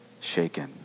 shaken